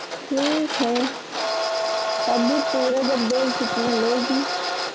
ठीक है सब्ज़ी पूरे जो कितने लोगी